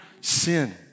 sin